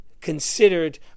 considered